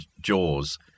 Jaws